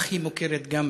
כך היא מוכרת גם